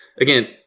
Again